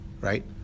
right